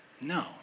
No